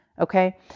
Okay